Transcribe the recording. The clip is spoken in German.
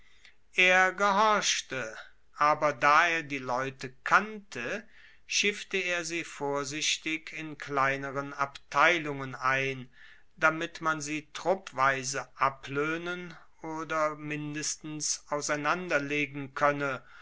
er gehorchte aber da er die leute kannte schiffte er sie vorsichtig in kleineren abteilungen ein damit man sie truppweise abloehnen oder mindestens auseinanderlegen koenne